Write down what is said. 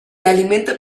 alimenta